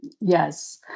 Yes